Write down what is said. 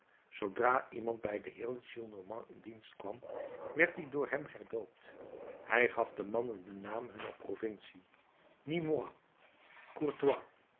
zoodra iemand bij den heer gillenormand in dienst kwam werd die door hem herdoopt hij gaf den mannen den naam hunner provincie nîmois